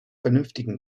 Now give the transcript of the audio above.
vernünftigen